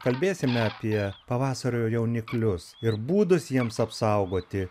kalbėsime apie pavasario jauniklius ir būdus jiems apsaugoti